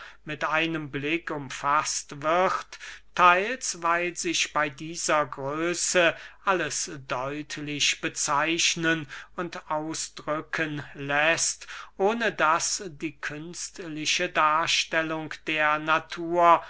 mit einem blick umfaßt wird theils weil sich bey dieser größe alles deutlich bezeichnen und ausdrücken läßt ohne daß die künstliche darstellung der natur